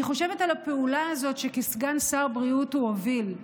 אני חושבת על הפעולה הזאת שכסגן שר בריאות הוא הוביל,